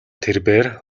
тэрбээр